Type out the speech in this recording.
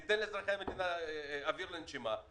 ניתן לאזרחי המדינה אוויר לנשימה,